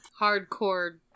Hardcore